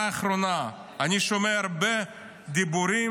הערה אחרונה: אני שומע הרבה דיבורים